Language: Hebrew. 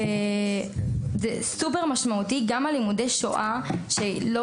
נושא סופר משמעותי הוא לימודי שואה שלא